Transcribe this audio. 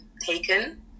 taken